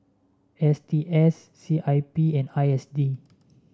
S T S C I P and I S D